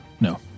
No